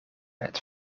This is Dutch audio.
het